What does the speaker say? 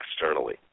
externally